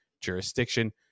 jurisdiction